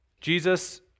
Jesus